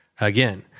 again